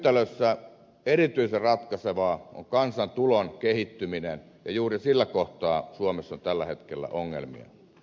tässä yhtälössä erityisen ratkaisevaa on kansantulon kehittyminen ja juuri sillä kohtaa suomessa on tällä hetkellä ongelmia